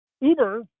Uber